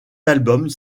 albums